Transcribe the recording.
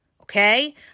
okay